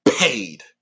paid